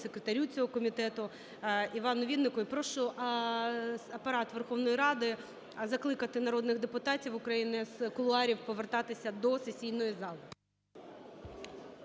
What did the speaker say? секретарю цього комітету Івану Віннику. І прошу Апарат Верховної Ради закликати народних депутатів України з кулуарів повертатися до сесійної зали.